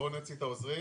חייבים להיות מדידים,